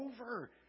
over